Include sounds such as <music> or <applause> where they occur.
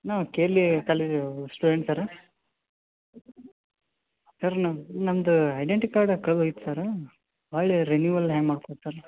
ನಾವು K L E ಕಾಲೇಜಿಗೋಗೊ student sir sir ನಮ್ದೂ ಐಡೆಂಟಿ ಕಾರ್ಡ್ ಕಳ್ದೊಗಿತ್ತು ಸರ್ ಹೊಳ್ಳಿ ರಿನೀವಲ್ ಹ್ಯಾಂಗೆ <unintelligible> ಸರ್